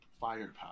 Firepower